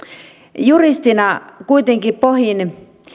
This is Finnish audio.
juristina kuitenkin pohdin